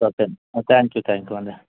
ఓకేండీ thank you thank you అండి